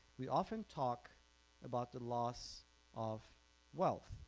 we often talk about the loss of wealth,